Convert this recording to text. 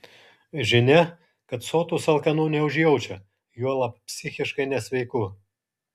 žinia kad sotūs alkanų neužjaučia juolab psichiškai nesveikų